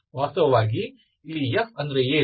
ವಾಸ್ತವವಾಗಿ ಇಲ್ಲಿ F ಅಂದರೆ ಏನು